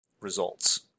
results